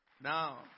Now